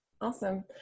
Awesome